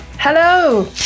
Hello